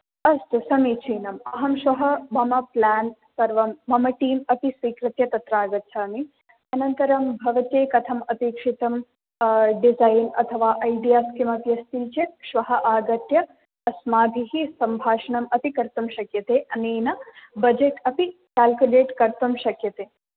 अस्तु समीचीनम् अहं श्वः मम प्लान् सर्वं मम टीम् अपि स्वीकृत्य तत्र आगच्छामि अनन्तरं भवत्यै कथम् अपेक्षितं डिजै़न्स अथवा ऐडियास् किमपि अस्ति चेत् श्वः आगत्य अस्माभिः सम्भाषणं अपि कर्तुं शक्यते अनेन बजेट् अपि केल्कुलेट् कर्तुं शक्यते